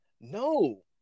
No